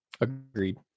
Agreed